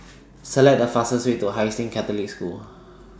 Select The fastest Way to Hai Sing Catholic School